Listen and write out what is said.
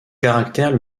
caractère